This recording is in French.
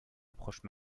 approche